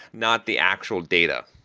not the actual data.